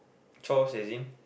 chores as in